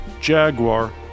Jaguar